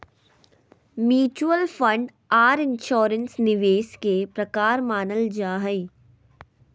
mutual fund आर insurance निवेश के प्रकार मानल जा हय